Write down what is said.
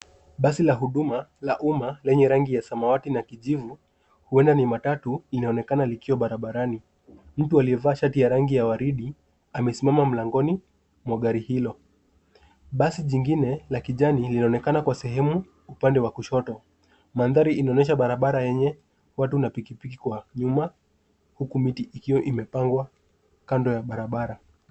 Basi la huduma la umma lenye rangi ya samawati na kijivu, huenda ni matatu inaonekana likwa barabarani. Mtu aliyevaa shati ya rangi ya waridi amesimama mlangoni mwa gari hilo. Basi lingine la kijani linaonekana kwa sehemu upande wa kushoto. Mandhari inaonyesha barabara yenye watu na pikipiki kwa nyuma huku miti ikiwa imepangwa kando ya barabara.